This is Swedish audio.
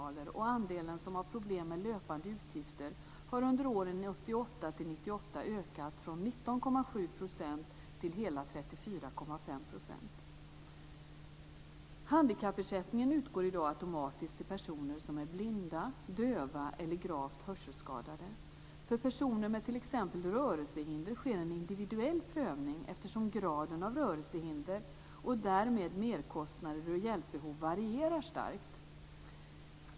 Andelen som har problem med löpande utgifter har under åren 1988-1998 ökat från 19,7 % till hela 34,5 %. Handikappersättningen utgår i dag automatiskt till personer som är blinda, döva eller gravt hörselskadade. För personer med t.ex. rörelsehinder sker en individuell prövning, eftersom graden av rörelsehinder och därmed merkostnader och hjälpbehov varierar starkt.